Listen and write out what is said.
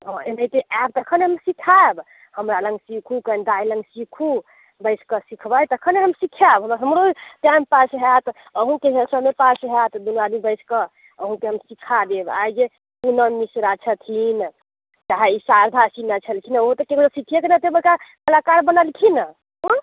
हँ एनाहिते आयब तखनि ने हम सीखायब हमरा लग सीखू अपन दाय लग सीखूँ बैसके सीखबै तखन ने हम सीखायब हमरो टाइम पास होयत अहूँके से समय पास होयत दूनू आदमी बैसके अहूँके हम सीखाय देब आइ जे पूनम मिश्रा छथिन चाहे ई शारदा सिन्हा छलखिन ओ तऽ केकरोसँ सीखयके ने एते बड़का कलाकार बनलखिन हँ हँ